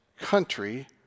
country